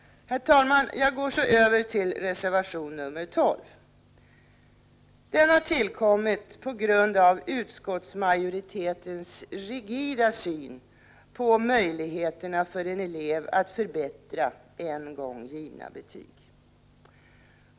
Herr talman! Jag går så över till reservation nr 13. Den har tillkommit på grund av utskottsmajoritetens rigida syn på möjligheterna för en elev att förbättra en gång givna betyg.